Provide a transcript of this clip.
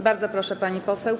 Bardzo proszę, pani poseł.